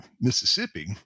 Mississippi